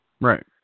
Right